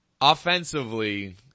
Offensively –